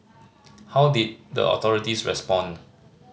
how did the authorities respond